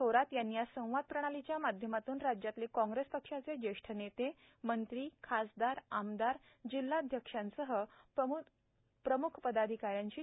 थोरात यांनी आज संवाद प्रणालीच्या माध्यमातून राज्यातले काँग्रेस पक्षाचे ज्येष्ठ नेते मंत्री खासदार आमदार जिल्हाध्यक्षांसह प्रम्ख पदाधिकाऱ्यांशी चर्चा केली